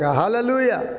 hallelujah